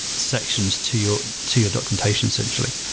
sections to your to your documentation essentially,